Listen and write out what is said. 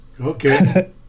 Okay